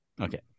Okay